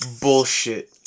bullshit